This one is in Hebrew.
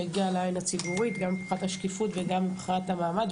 שיגיע לעין הציבורית גם מבחינת השקיפות וגם מבחינת המעמד,